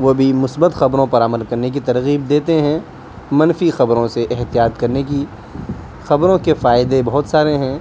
وہ بھی مثبت خبروں پر عمل کرنے کی ترغیب دیتے ہیں منفی خبروں سے احتیاط کرنے کی خبروں کے فائدے بہت سارے ہیں